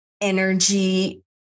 energy